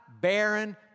barren